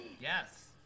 Yes